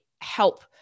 help